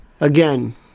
again